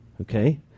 Okay